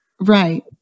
right